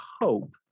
hope